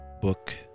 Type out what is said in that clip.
book